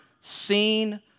seen